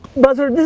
buzzer,